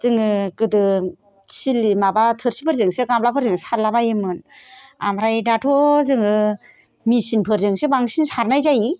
जोङो गोदो सिलि माबा थोरसिफोरजोंसो गामलाफोरजोंसो सारला बायोमोन आमफ्राय दाथ' जोङो मिसिन फोरजोंसो बांसिन सारनाय जायो